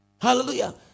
Hallelujah